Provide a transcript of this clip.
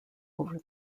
over